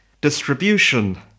distribution